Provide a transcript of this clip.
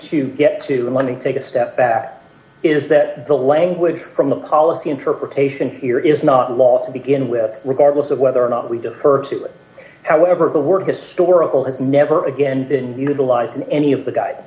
to get to and let me take a step back is that the language from the policy interpretation here is not law to begin with regardless of whether or not we defer to it however the word historical is never again utilized in any of the gu